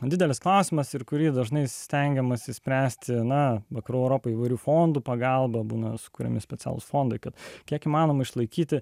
didelis klausimas ir kurį dažnai stengiamasi spręsti na vakarų europą įvairių fondų pagalba būna sukuriami specialūs fondai kad kiek įmanoma išlaikyti